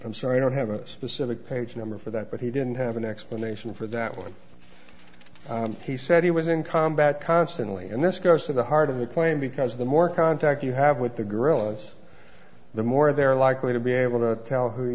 i'm sorry i don't have a specific page number for that but he didn't have an explanation for that one he said he was in combat constantly and this goes to the heart of the claim because the more contact you have with the guerillas the more they're likely to be able to tell who